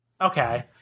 Okay